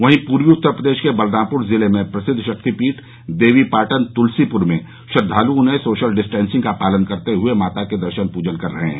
वहीं पूर्वी उत्तर प्रदेश के बलरामपुर जिले में प्रसिद्ध शक्तिपीठ देवीपाटन तुलसीपुर में श्रद्वालुओं ने सोशल डिस्टेंसिंग का पालन करते हुए माता के दर्शन पूजन कर रहे हैं